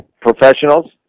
professionals